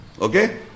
Okay